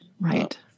Right